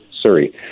Surrey